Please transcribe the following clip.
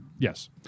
Yes